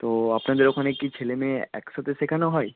তো আপনাদের ওখানে কি ছেলে মেয়ে একসাথে শেখানো হয়